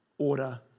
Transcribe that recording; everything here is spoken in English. order